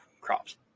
crops